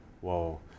Whoa